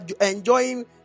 enjoying